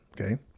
okay